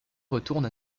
retourne